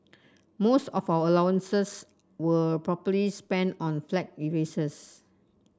most of our allowances were probably spent on flag erasers